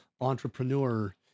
entrepreneur